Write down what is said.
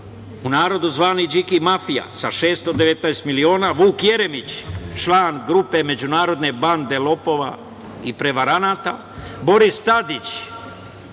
u narodu zvani Điki mafija, sa 619 miliona, Vuk Jeremić, član grupe međunarodne bande lopova i prevaranata, Boris Tadić,